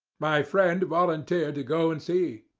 my friend volunteered to go and see.